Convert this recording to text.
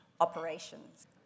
operations